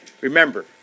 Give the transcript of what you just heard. Remember